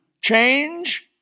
change